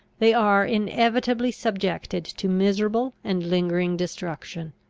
they are inevitably subjected to miserable and lingering destruction.